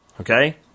Okay